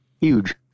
Huge